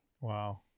Wow